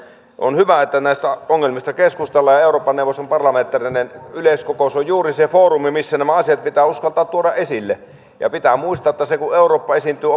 on hyvä että näistä ongelmista keskustellaan ja euroopan neuvoston parlamentaarinen yleiskokous on juuri se foorumi missä nämä asiat pitää uskaltaa tuoda esille ja pitää muistaa että se kun eurooppa esiintyy